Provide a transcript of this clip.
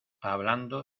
hablando